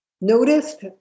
noticed